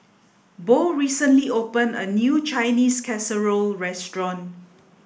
Beau recently opened a new Chinese Casserole Restaurant